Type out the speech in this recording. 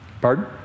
Pardon